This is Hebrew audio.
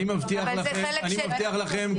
אני מבטיח לכם,